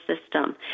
system